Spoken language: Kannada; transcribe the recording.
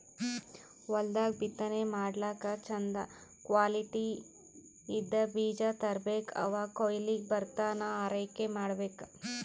ಹೊಲ್ದಾಗ್ ಬಿತ್ತನೆ ಮಾಡ್ಲಾಕ್ಕ್ ಚಂದ್ ಕ್ವಾಲಿಟಿದ್ದ್ ಬೀಜ ತರ್ಬೆಕ್ ಅವ್ ಕೊಯ್ಲಿಗ್ ಬರತನಾ ಆರೈಕೆ ಮಾಡ್ಬೇಕ್